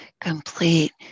complete